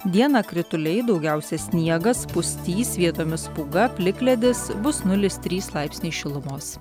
dieną krituliai daugiausia sniegas pustys vietomis pūga plikledis bus nulis trys laipsniai šilumos